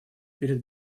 перед